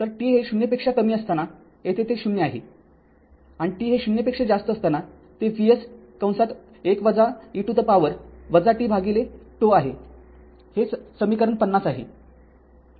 तर t हे ० पेक्षा कमी असताना येथे ते ० आहे आणि t हे ० पेक्षा जास्त असताना ते Vs १ e to the power tτ आहे हे समीकरण ५० आहे